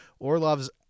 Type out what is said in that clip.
Orlov's